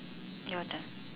your turn